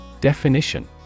Definition